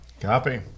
Copy